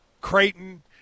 Creighton